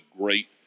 great